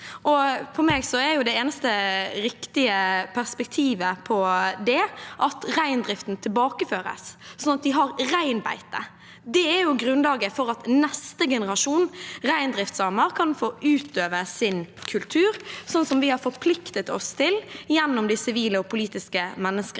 For meg er det eneste riktige perspektivet på det at reindriften tilbakeføres, slik at de har reinbeite. Det er grunnlaget for at neste generasjon reindriftssamer kan få utøve sin kultur, slik vi har forpliktet oss til gjennom de sivile og politiske